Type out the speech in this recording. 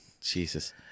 Jesus